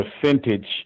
percentage